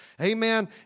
Amen